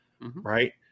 right